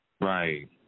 right